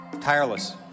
tireless